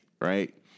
right